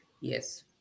Yes